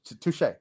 touche